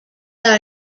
are